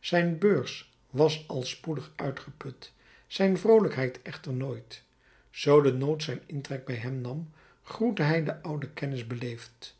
zijn beurs was al spoedig uitgeput zijn vroolijkheid echter nooit zoo de nood zijn intrek bij hem nam groette hij zijn ouden kennis beleefd